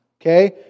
Okay